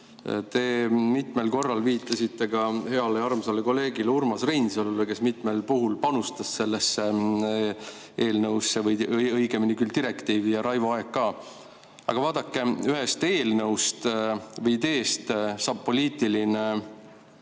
Te mitmel korral viitasite heale armsale kolleegile Urmas Reinsalule, kes mitmel puhul panustas sellesse eelnõusse või õigemini küll direktiivi, ja Raivo Aeg ka. Aga vaadake, ühest eelnõust või ideest saab poliitiline